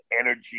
energy